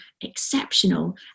exceptional